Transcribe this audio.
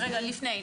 לפני,